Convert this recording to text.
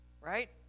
Right